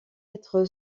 être